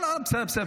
בסדר.